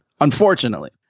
unfortunately